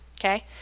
Okay